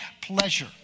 pleasure